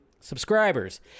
subscribers